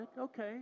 Okay